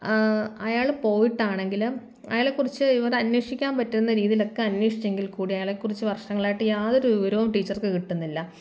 അയാൾ പോയിട്ടാണെങ്കിലും അയാളെക്കുറിച്ച് ഇവർ അന്വേഷിക്കാൻ പറ്റുന്ന രീതിയിൽ ഒക്കെ അന്വേഷിച്ചെങ്കിൽ കൂടി അയാളെക്കുറിച്ച് വർഷങ്ങളായിട്ട് യാതൊരു വിവരവും ടീച്ചർക്ക് കിട്ടുന്നില്ല